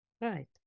right